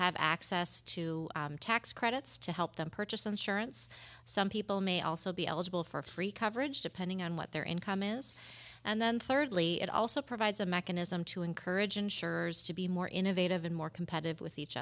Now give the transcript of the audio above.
have access to tax credits to help them purchase insurance some people may also be eligible for free coverage depending on what their income is and then thirdly it also provides a mechanism to encourage insurers to be more innovative and more competitive with each